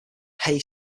hey